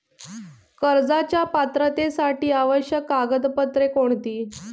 कर्जाच्या पात्रतेसाठी आवश्यक कागदपत्रे कोणती?